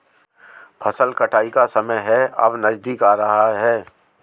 फसल कटाई का समय है अब नजदीक आ रहा है